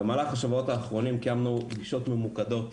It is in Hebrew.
במהלך השבועות האחרונים קיימנו פגישות ממוקדות,